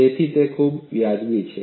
તેથી તે પૂરતું વાજબી છે